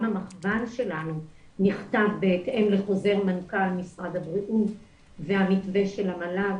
גם המכוון שלנו נכתב בהתאם לחוזר מנכ"ל משרד הבריאות והמתווה של המל"ג,